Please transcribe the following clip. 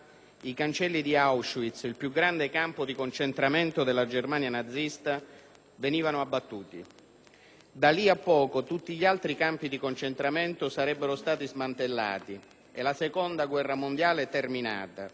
i cancelli di Auschwitz, il più grande campo di concentramento della Germania nazista, venivano abbattuti. Da lì a poco tutti gli altri campi di concentramento sarebbero stati smantellati e la Seconda guerra mondiale avrebbe